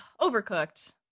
Overcooked